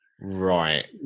right